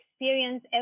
experience